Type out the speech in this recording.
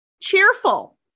cheerful